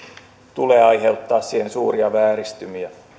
tule aiheuttaa siihen suuria vääristymiä